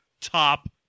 Top